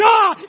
God